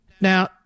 Now